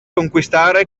conquistare